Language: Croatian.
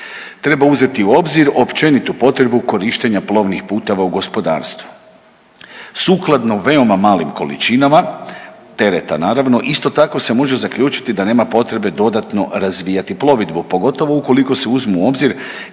Treba uzeti u obzir općenitu potrebu korištenja plovnih puteva u gospodarstvu. Sukladno veoma malim količinama tereta naravno isto tako se može zaključiti da nema potrebe dodatno razvijati plovidbu, pogotovo ukoliko se uzmu u obzir